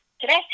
today